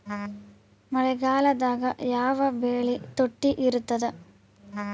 ಮಳೆಗಾಲದಾಗ ಯಾವ ಬೆಳಿ ತುಟ್ಟಿ ಇರ್ತದ?